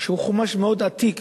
שהוא חומש מאוד עתיק.